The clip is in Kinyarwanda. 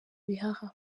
bihaha